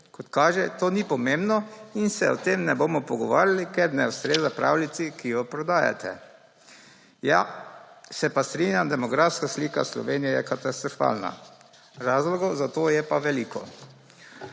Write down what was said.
Kot kaže, to ni pomembno in se o tem ne bomo pogovarjali, ker ne ustreza pravljici, ki jo prodajate. Ja, se pa strinjam, demografska slika Slovenije je katastrofalna. Razlogov za to je pa veliko.